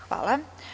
Hvala.